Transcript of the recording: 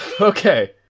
Okay